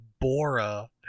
Bora